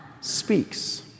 speaks